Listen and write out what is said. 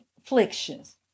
afflictions